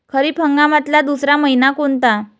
खरीप हंगामातला दुसरा मइना कोनता?